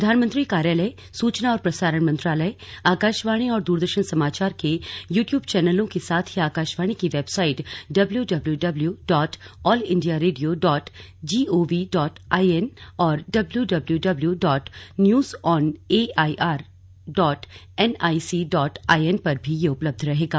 प्रधानमंत्री कार्यालय सूचना और प्रसारण मंत्रालय आकाशवाणी और दूरदर्शन समाचार के यू ट्यूब चौनलों के साथ ही आकाशवाणी की website W W W dot all India radio dot GOV dot IN और W W W dot news on AIR dot NIC dot IN पर भी यह उपलब्ध रहेगा